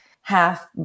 half